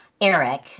Eric